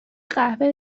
قهوه